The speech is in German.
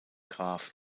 graf